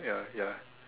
ya ya